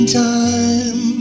time